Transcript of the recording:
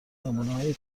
نمونههای